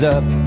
up